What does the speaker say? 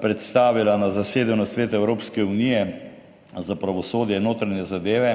predstavila na zasedanju Sveta Evropske unije za pravosodje in notranje zadeve,